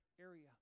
area